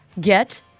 get